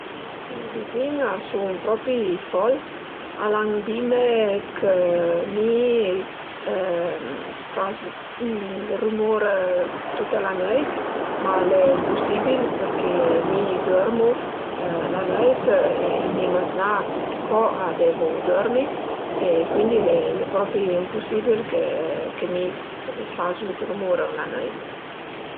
I vizin a sun propi fol, al an dime chë mi fas rümur tuta la nöit, ma al e impusibil perché mi dörmu la nöit e mi maznà co a devu dörmi e cuindi al e propi impusibil che che mi fazu d'rümur ën la nöit